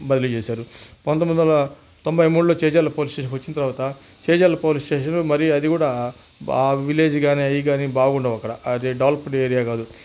బదిలీ చేశారు పంతొమ్మిది వందల తొంభై మూడులో చేజర్ల పోలీస్ స్టేషన్కి వచ్చిన తర్వాత చేజర్ల పోలీస్ స్టేషను మరియు అది కూడా బా విలేజ్ కానీ అవి కానీ బాగుండవు అక్కడ అది డవలప్డ్ ఏరియా కాదు